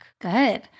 Good